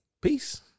Peace